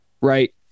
right